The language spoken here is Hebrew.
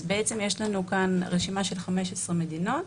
בעצם יש לנו כאן רשימה של 15 מדינות,